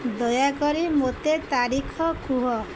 ଦୟାକରି ମୋତେ ତାରିଖ କୁହ